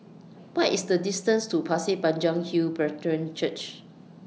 What IS The distance to Pasir Panjang Hill Brethren Church